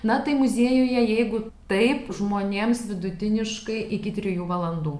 na tai muziejuje jeigu taip žmonėms vidutiniškai iki trijų valandų